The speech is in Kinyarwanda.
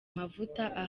amavuta